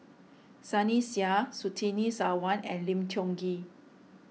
Sunny Sia Surtini Sarwan and Lim Tiong Ghee